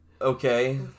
Okay